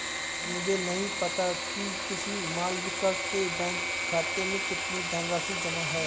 मुझे नही पता कि किसी मालविका के बैंक खाते में कितनी धनराशि जमा है